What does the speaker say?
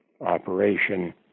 operation